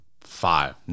five